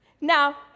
Now